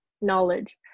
knowledge